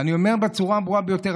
אני אומר בצורה הברורה ביותר.